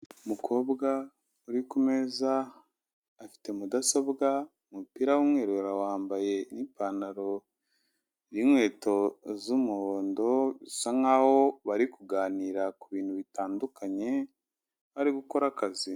Umukobwa uri kumeza afite mudasobwa, umupira w'umweru arawambaye n'ipantaro, n'inkweto z'umuhondo. Bisa nkaho bari kuganira kubintu bitandukanye, ari gukora akazi.